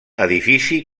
edifici